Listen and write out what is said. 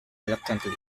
reluctantly